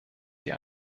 sie